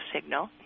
signal